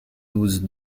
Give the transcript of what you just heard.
douze